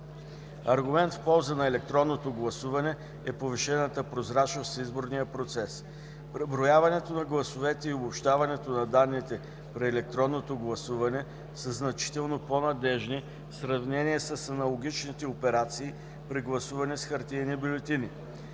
Аргумент в полза на електронното гласуване е повишената прозрачност в изборния процес. Преброяването на гласовете и обобщаването на данните при електронното гласуване са значително по-надеждни в сравнение с аналогичните операции при гласуване с хартиени бюлетини.